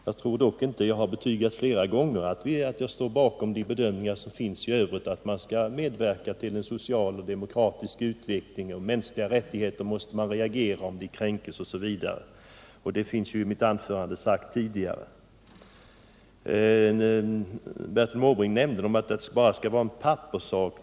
Jag tror dock att jag flera gånger har betygat att jag står bakom de bedömningar som finns, nämligen att man skall medverka till en social och demokratisk utveckling med mänskliga rättigheter och att man måste reagera om de kränks. Bertil Måbrink nämnde något om att biståndet bara skulle vara något på papperet.